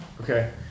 Okay